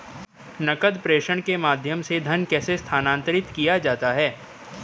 नकद प्रेषण के माध्यम से धन कैसे स्थानांतरित किया जाता है?